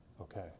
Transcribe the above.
okay